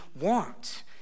want